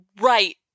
right